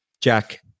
Jack